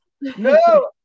No